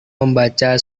membaca